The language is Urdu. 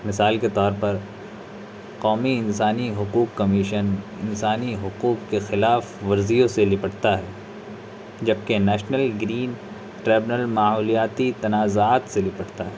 مثال کے طور پر قومی انسانی حقوق کمیشن انسانی حقوق کے خلاف ورزیوں سے نپٹتا ہے جبکہ نیشنل گرین ٹریبنل ماحولیاتی تنازعات سے نپٹتا ہے